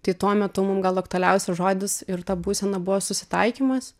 tai tuo metu mum gal aktualiausias žodis ir ta būsena buvo susitaikymas